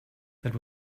that